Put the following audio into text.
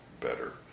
better